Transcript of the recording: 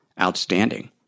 outstanding